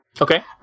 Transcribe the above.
Okay